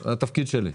זה התפקיד שלי.